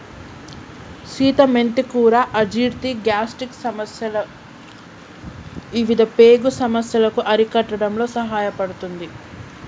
సీత మెంతి కూర అజీర్తి, గ్యాస్ట్రిక్ సమస్యలు ఇవిధ పేగు సమస్యలను అరికట్టడంలో సహాయపడుతుంది